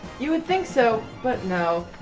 you would think so but no,